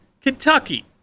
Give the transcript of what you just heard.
Kentucky